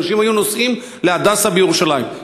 אנשים היו נוסעים ל"הדסה" בירושלים,